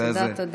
תודה תודה.